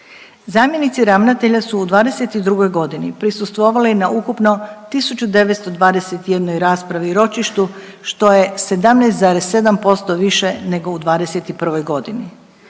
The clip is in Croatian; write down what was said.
Zamjenici ravnatelja su u '22.g. prisustvovali na ukupno 1921 raspravi i ročištu, što je 17,7% više nego u '21.g..